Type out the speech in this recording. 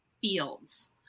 fields